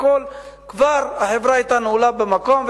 כבר החברה היתה נעולה במקום,